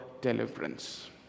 deliverance